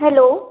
hello